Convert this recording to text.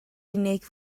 unig